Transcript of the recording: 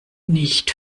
nicht